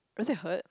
does it hurt